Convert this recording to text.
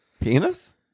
Penis